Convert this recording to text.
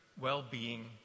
well-being